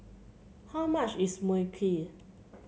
how much is Mui Kee